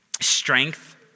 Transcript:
Strength